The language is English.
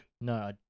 No